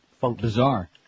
bizarre